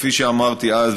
כפי שאמרתי אז,